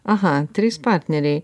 aha trys partneriai